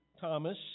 Thomas